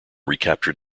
recaptured